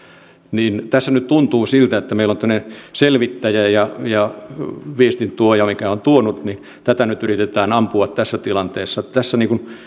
tässä nyt tuntuu siltä että meillä on tämmöinen selvittäjä ja ja viestintuoja joka on viestiä tuonut ja että tätä nyt yritetään ampua tässä tilanteessa